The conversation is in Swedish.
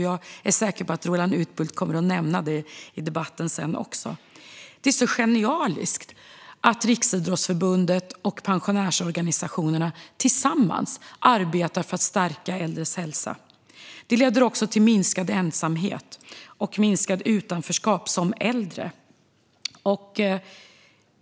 Jag är säker på att Roland Utbult också kommer att nämna det senare i debatten. Det är så genialiskt att Riksidrottsförbundet och pensionärsorganisationerna tillsammans arbetar för att stärka äldres hälsa. Det leder också till minskad ensamhet och minskat utanförskap som äldre.